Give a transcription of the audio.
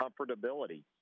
comfortability